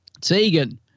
Tegan